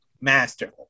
master